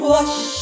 Wash